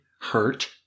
hurt